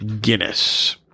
Guinness